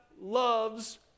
loves